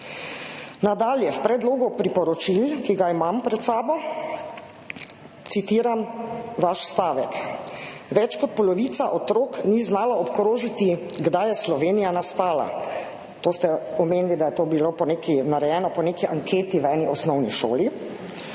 Nadalje. V predlogu priporočil, ki ga imam pred sabo, citiram vaš stavek: »Več kot polovica otrok ni znala obkrožiti, kdaj je Slovenija nastala.« To ste omenili, da je bilo to narejeno po neki anketi v eni osnovni šoli.